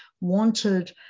wanted